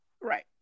Right